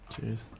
Cheers